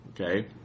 Okay